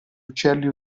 uccelli